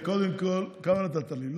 קודם כול, כמה נתת לי?